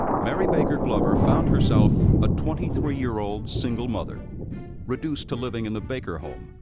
mary baker glover found herself a twenty-three-year-old, single mother reduced to living in the baker home,